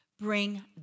Bring